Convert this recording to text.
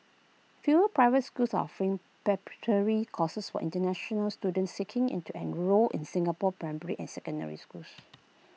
fewer private schools offering preparatory courses for International students seeking into enrol in Singapore's primary and secondary schools